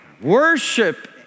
Worship